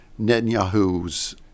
Netanyahu's